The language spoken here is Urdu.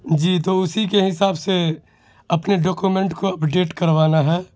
جی تو اسی کے حساب سے اپنے ڈاکومینٹ کو اپڈیٹ کروانا ہے